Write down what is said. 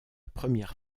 première